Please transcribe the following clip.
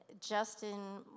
Justin